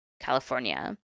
California